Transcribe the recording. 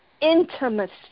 intimacy